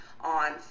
on